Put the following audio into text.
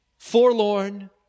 Forlorn